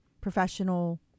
professional